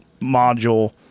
module